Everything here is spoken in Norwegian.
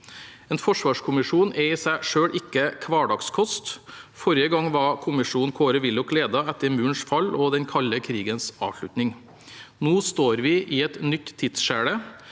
En forsvarskommisjon er i seg selv ikke hverdagskost. Forrige gang var kommisjonen Kåre Willoch ledet, etter murens fall og den kalde krigens avslutning. Nå står vi i et nytt tidsskille,